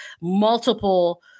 multiple